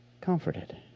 Comforted